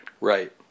Right